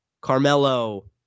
Carmelo